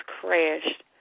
crashed